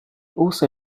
also